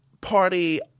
party